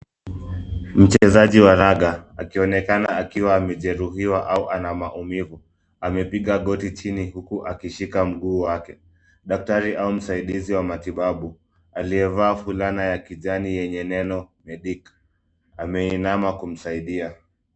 Mchezaji wa raga, akionekana akiwa amejeruhiwa, au ana maumivu, amepiga goti chini huku akishika mguu wake. Daktari au msaidizi wa matibabu, aliyevaa fulana ya kijani yenye neno medic , ameinama kumsaidia.